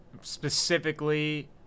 specifically